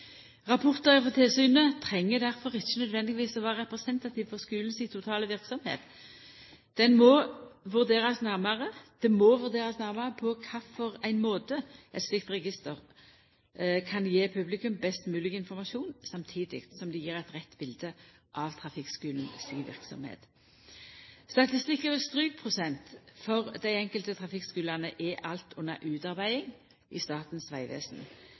Rapportar frå tilsynet treng difor ikkje nødvendigvis å vera representative for skulen si totale verksemd. Det må vurderast nærmare på kva måte eit slikt register kan gje publikum best mogleg informasjon, samtidig som det gjev eit rett bilete av trafikkskulen si verksemd. Statistikk over strykprosent for dei enkelte trafikkskulane er alt under utarbeiding i Statens vegvesen.